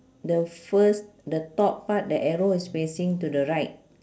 the first the top part the arrow is facing to the right